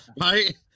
right